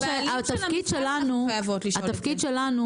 התפקיד שלנו